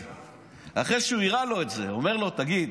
הכתב אחרי שהוא הראה לו את זה, תגיד,